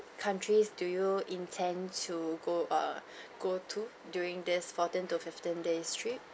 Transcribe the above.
countries do you intend to go err go to during this fourteen to fifteen days trip